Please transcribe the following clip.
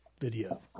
video